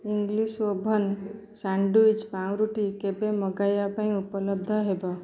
English oven sandwich ପାଉରୁଟି କେବେ ମଗାଇବା ପାଇଁ ଉପଲବ୍ଧ ହେବ